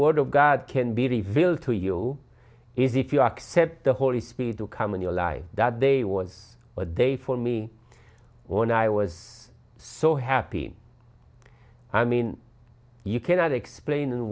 word of god can be revealed to you is if you accept the holy spirit to come in your life that they was a day for me when i was so happy i mean you cannot explain